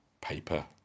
paper